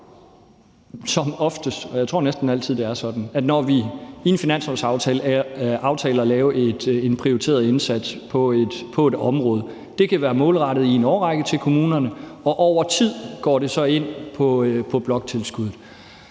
som oftest. Jeg tror, det næsten altid er sådan, at når vi i en finanslovsaftale aftaler at lave en prioriteret indsats på et område, kan det være målrettet i en årrække til kommunerne, og over tid går det så ind på bloktilskuddet.